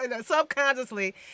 subconsciously